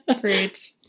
Great